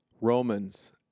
Romans